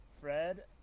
Fred